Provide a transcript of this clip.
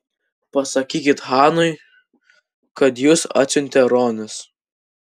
pasakykit chanui kad jus atsiuntė ronis